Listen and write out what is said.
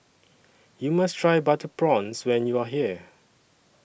YOU must Try Butter Prawns when YOU Are here